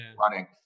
running